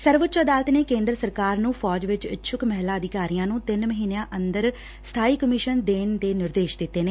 ਸਰਵਉੱਚ ਅਦਾਲਤ ਨੇ ਕੇਂਦਰ ਸਰਕਾਰ ਨੂੰ ਫੌਜ ਵਿਚ ਇਛੁੱਕ ਮਹਿਲਾ ਅਧਿਕਾਰੀਆਂ ਨੂੰ ਤਿੰਨ ਮਹੀਨਿਆਂ ਅੰਦਰ ਸਥਾਈ ਕਮਿਸਨ ਦੇਣ ਦੇ ਨਿਰਦੇਸ਼ ਦਿੱਤੇ ਨੇ